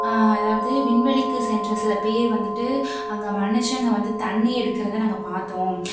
அதாவது விண்வெளிக்கு சென்ற சில பேர் வந்துட்டு அங்கே மனுசங்க வந்து தண்ணீர் எடுக்கிறத நாங்கள் பார்த்தோம்